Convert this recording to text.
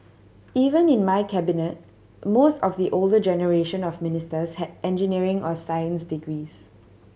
even in my Cabinet most of the older generation of ministers had engineering or science degrees